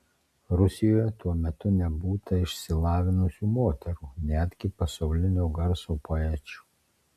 rusijoje tuo metu nebūta išsilavinusių moterų netgi pasaulinio garso poečių